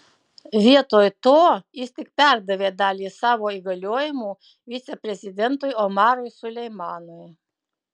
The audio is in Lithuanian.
vietoje to jis tik perdavė dalį savo įgaliojimų viceprezidentui omarui suleimanui